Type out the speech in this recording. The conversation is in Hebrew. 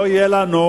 לא יהיה לנו,